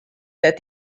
that